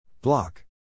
Block